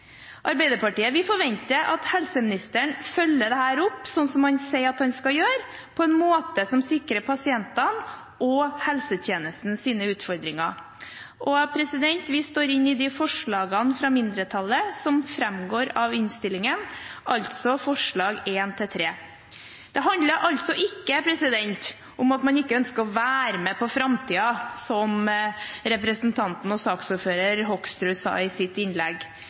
forventer at helseministeren følger opp dette slik han sier at han skal gjøre, på en måte som sikrer pasientene og helsetjenestens utfordringer. Vi står bak mindretallets forslag i innstillingen, altså forslagene nr. 1–3, som jeg herved tar opp. Dette handler ikke om at man ikke ønsker å være med på framtiden, som representanten og saksordfører Hoksrud sa i sitt innlegg.